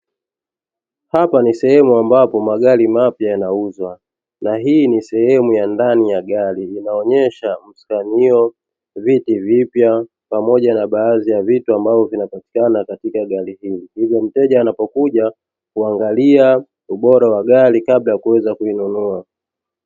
Hapa ni sehemu ambapo magari mapya yanauza na hii ni sehemu ya ndani ya gari inaonyesha miskanio, viti vipya na pamoja na baadhi ya vitu ambavyo vinavyopatikana katika gari hiyo, hivyo mteja anapokuja kuangalia ubora wa gari kabla ya kununua.